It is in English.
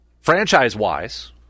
franchise-wise